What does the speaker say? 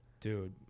Dude